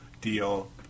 deal